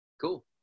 Cool